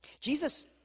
Jesus